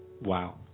Wow